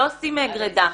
לא עושים גרידה.